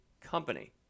company